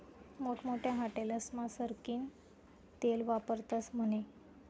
मोठमोठ्या हाटेलस्मा सरकीनं तेल वापरतस म्हने